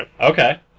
Okay